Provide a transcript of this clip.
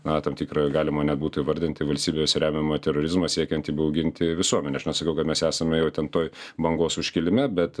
na tam tikrą galima net būtų įvardinti valstybės remiamą terorizmą siekiant įbauginti visuomenę aš nesakau kad mes esame jau ten toj bangos užkilime bet